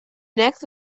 next